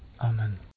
Amen